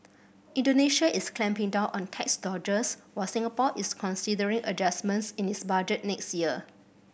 Indonesia is clamping down on tax dodgers while Singapore is considering adjustments in its budget next year